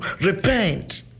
repent